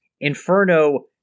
Inferno